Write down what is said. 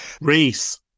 Reese